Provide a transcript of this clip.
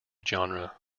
genre